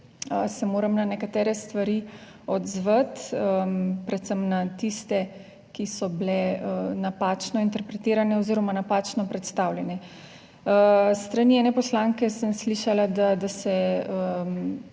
se moram na nekatere stvari odzvati, predvsem na tiste, ki so bile napačno interpretirane oziroma napačno predstavljene. S strani ene poslanke sem slišala, da se